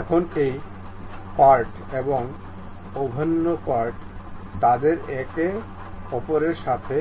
এখন এই পৃষ্ঠ এবং অভ্যন্তরীণ পৃষ্ঠ তাদের একে অপরের সাথে